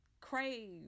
crave